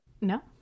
no